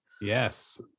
Yes